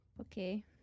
Okay